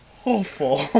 hopeful